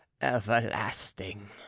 everlasting